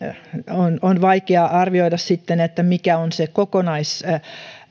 on on vaikeaa arvioida sitten mikä on se kokonaisvaikutus